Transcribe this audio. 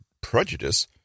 prejudice